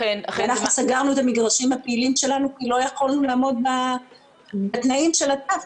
אנחנו סגרנו את המגרשים הפעילים שלנו כי לא יכולנו לעמוד בתנאים של התו,